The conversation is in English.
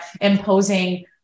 imposing